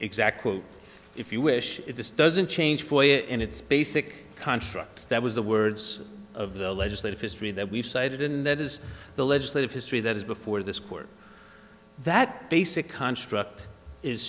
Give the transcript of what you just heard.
exact quote if you wish if this doesn't change boyer in its basic contract that was the words of the legislative history that we've cited in that is the legislative history that is before this court that basic construct is